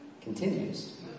Continues